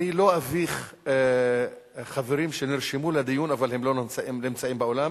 אני לא אביך חברים שנרשמו לדיון אבל הם לא נמצאים באולם,